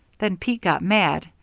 then pete got mad,